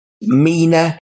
Mina